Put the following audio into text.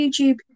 YouTube